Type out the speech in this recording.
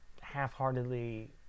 Half-heartedly